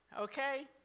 okay